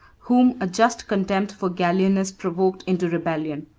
whom a just contempt for gallienus provoked into rebellion.